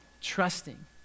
trusting